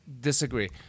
Disagree